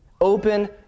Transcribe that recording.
Open